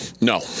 No